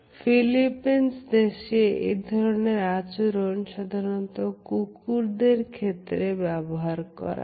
Philippines দেশে এ ধরনের আচরণ সাধারণত কুকুরদের ক্ষেত্রে ব্যবহার করা হয়